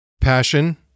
Passion